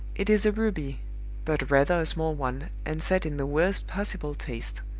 it is a ruby but rather a small one, and set in the worst possible taste.